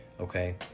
Okay